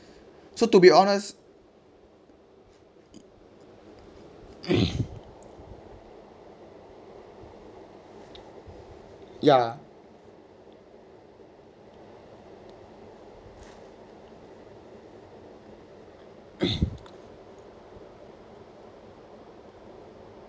so to be honest ya